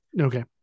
Okay